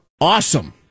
Awesome